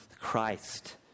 Christ